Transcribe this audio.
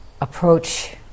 approach